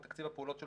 בתקציב הפעולות שלו,